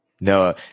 No